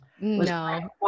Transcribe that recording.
No